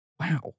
Wow